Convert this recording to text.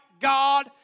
God